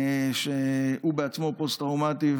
שהוא בעצמו פוסט-טראומטי,